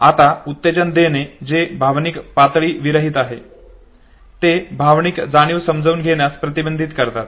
आता उत्तेजन देणे जे भावनिक पातळी विरहित आहे ते भावनिक जाणीव समजून घेण्यास प्रतिबंधित करतात